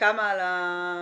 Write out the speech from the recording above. כמה על המניעה,